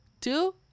two